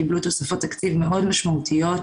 קיבלו תוספות תקציב מאוד משמעותיות,